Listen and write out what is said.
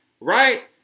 Right